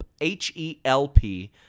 H-E-L-P